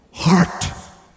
heart